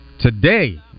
Today